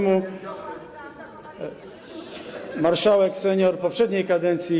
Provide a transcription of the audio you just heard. marszałek senior poprzedniej kadencji.